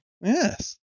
yes